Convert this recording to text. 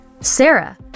Sarah